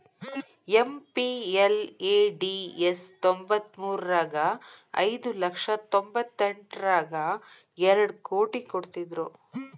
MPLADS ತ್ತೊಂಬತ್ಮುರ್ರಗ ಐದು ಲಕ್ಷ ತೊಂಬತ್ತೆಂಟರಗಾ ಎರಡ್ ಕೋಟಿ ಕೊಡ್ತ್ತಿದ್ರು